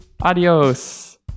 adios